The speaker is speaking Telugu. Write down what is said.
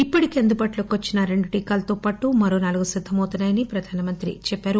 ఇప్పటికే అందుబాటులోకి వచ్చిన రెండు టీకాలతో పాటు మరో నాలుగు సిద్దమవుతున్నా యని ఆయన చెప్పారు